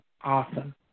Awesome